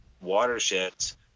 watersheds